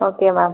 okay ma'am